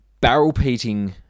Barrel-peating